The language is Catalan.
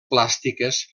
plàstiques